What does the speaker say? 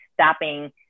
stopping